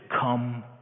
come